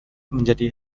menjadi